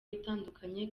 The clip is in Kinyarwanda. itandukanye